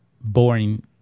boring